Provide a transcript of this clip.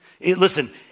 Listen